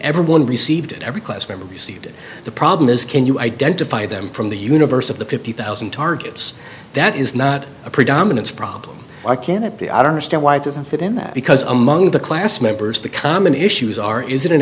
everyone received every class member received it the problem is can you identify them from the universe of the fifty thousand targets that is not a predominance problem are can it be understand why it doesn't fit in that because among the class members the common issues are is it an